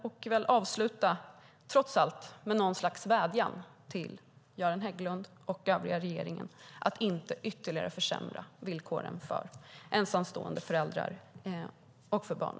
Trots allt får jag avsluta med en vädjan till Göran Hägglund och den övriga regeringen att inte försämra villkoren ytterligare för ensamstående föräldrar och deras barn.